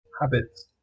Habits